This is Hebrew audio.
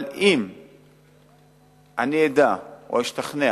אם אני אדע או אשתכנע